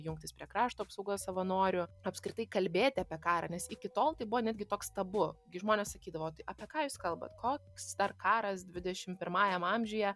jungtis prie krašto apsaugos savanorių apskritai kalbėti apie karą nes iki tol tai buvo netgi toks tabu gi žmonės sakydavo tai apie ką jūs kalbat koks dar karas dviešim pirmajam amžiuje